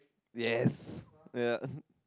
yes ya